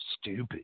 stupid